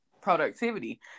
productivity